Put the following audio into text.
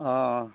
অঁ অঁ